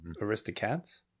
Aristocats